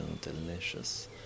delicious